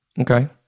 Okay